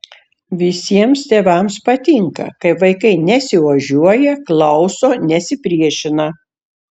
visiems tėvams patinka kai vaikai nesiožiuoja klauso nesipriešina